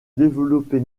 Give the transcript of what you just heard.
développer